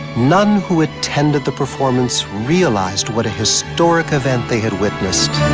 none who attended the performance realized what a historic event they had witnessed.